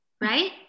right